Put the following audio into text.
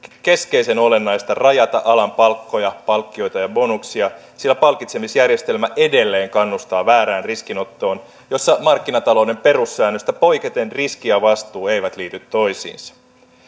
keskeisen olennaista rajata alan palkkoja palkkioita ja bonuksia sillä palkitsemisjärjestelmä edelleen kannustaa väärään riskinottoon jossa markkinatalouden perussäännöstä poiketen riski ja vastuu eivät liity toisiinsa